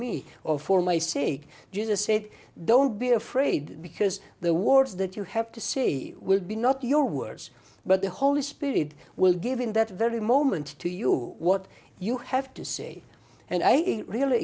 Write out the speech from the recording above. me or for may say jesus said don't be afraid because the words that you have to say will be not your words but the holy spirit will give in that very moment to you what you have to say and i am real